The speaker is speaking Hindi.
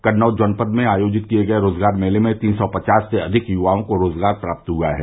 कन्नौज जनपद में आयोजित किये गये रोजगार मेले में तीन सौ पचास से अधिक युवाओं को रोजगार प्रात्त हआ है